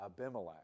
Abimelech